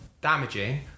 damaging